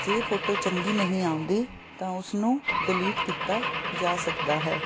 ਜੇ ਫੋਟੋ ਚੰਗੀ ਨਹੀਂ ਆਉਂਦੀ ਤਾਂ ਉਸਨੂੰ ਡਲੀਟ ਕੀਤਾ ਜਾ ਸਕਦਾ ਹੈ